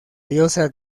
diosa